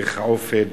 בדרך-העופל,